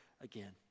again